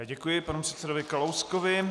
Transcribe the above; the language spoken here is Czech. Děkuji panu předsedovi Kalouskovi.